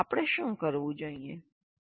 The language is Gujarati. તો આપણે શું કરવું જોઈએ